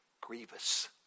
Grievous